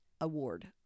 Award